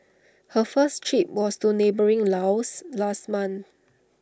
her first trip was to neighbouring Laos last month